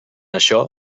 això